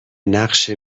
نقش